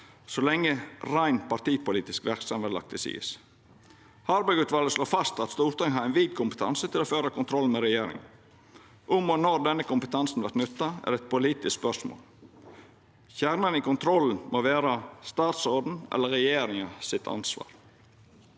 så lenge rein partipolitisk verksemd vert lagd til sides. Harberg-utvalet slår fast at Stortinget har ein vid kompetanse til å føra kontroll med regjeringa. Om og når denne kompetansen vert nytta, er eit politisk spørsmål. Kjernen i kontrollen må vera statsrådens eller regjeringa sitt ansvar.